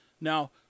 Now